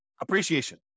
appreciation